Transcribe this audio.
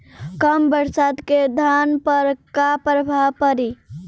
कम बरसात के धान पर का प्रभाव पड़ी?